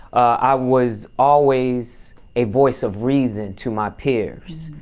i was always a voice of reason to my peers.